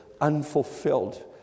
unfulfilled